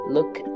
Look